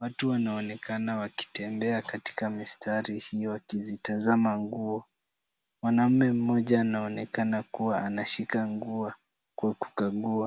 Watu wanaonekana wakitembea katika mistari hiyo wakitazama nguo. Mwanamume mmoja anaonekana kuwa anashika nguo kwa kukagua.